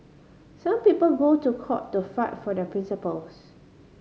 some people go to court to fight for their principles